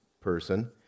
person